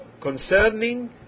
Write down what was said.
concerning